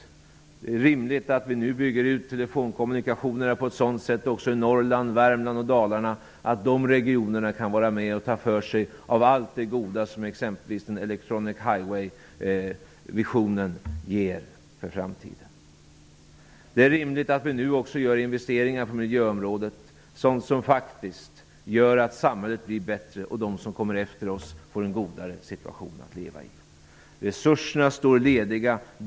Det är också rimligt att vi nu bygger ut telefonkommunikationerna även i Norrland, Värmland och Dalarna på ett sådant sätt att de regionerna kan vara med och ta för sig av allt det goda som exemelvis electronic-highway-visionen ger för framtiden. Det är på sin plats att vi nu gör investeringar på miljöområdet. Sådant gör faktiskt att samhället blir bättre och att de som kommer efter oss får en bättre situation att leva i. Resurserna finns.